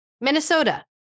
Minnesota